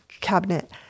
cabinet